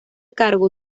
cargo